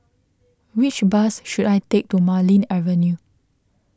which bus should I take to Marlene Avenue